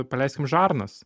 paleiskim žarnas